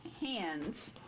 Hands